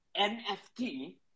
NFT